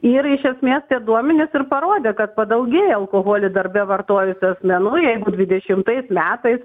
ir iš esmės tie duomenys ir parodė kad padaugėjo alkoholį darbe vartojusių asmenų jeigu dvidešimtais metais